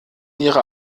ihre